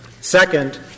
Second